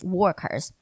workers